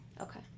Okay